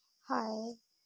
hi